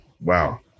wow